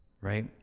Right